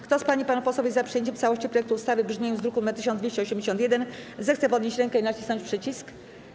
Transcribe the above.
Kto z pań i panów posłów jest za przyjęciem w całości projektu ustawy w brzmieniu z druku nr 1281, zechce podnieść rękę i nacisnąć przycisk.